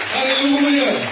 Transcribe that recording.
Hallelujah